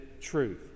truth